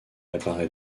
apparait